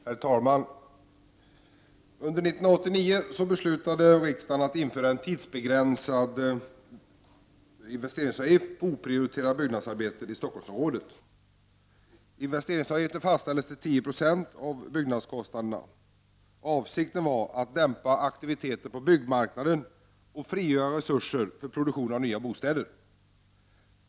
Herr talman! Under 1989 beslutade riksdagen att införa en tidsbegränsad investeringsavgift på oprioriterat byggnadsarbete i Stockholmsområdet. Den bestämdes till 10 70 av byggnadskostnaderna. Avsikten var att dämpa aktiviteten på byggmarknaden och frigöra resurser för produktion av nya bostäder.